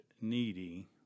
needy